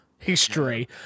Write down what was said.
history